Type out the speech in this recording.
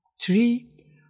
Three